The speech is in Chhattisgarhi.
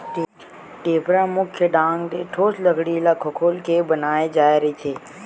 टेपरा मुख्य ढंग ले ठोस लकड़ी ल खोखोल के बनाय जाय रहिथे